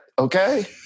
Okay